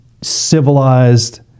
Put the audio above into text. civilized